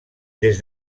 des